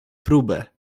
próbę